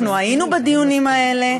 אנחנו היינו בדיונים האלה,